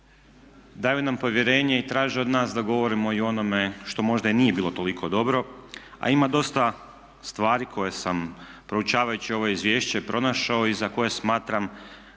daju nam povjerenje i traže od nas da govorimo i o onome što možda i nije bilo toliko dobro a ima dosta stvari koje sam proučavajući ovo izvješće pronašao i za koje smatram